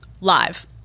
Live